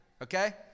Okay